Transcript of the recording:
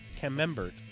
Camembert